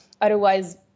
otherwise